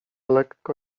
lekko